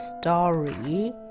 story